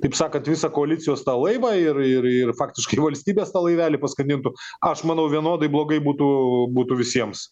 taip sakant visą koalicijos tą laivą ir ir ir faktiškai valstybės tą laivelį paskandintų aš manau vienodai blogai būtų būtų visiems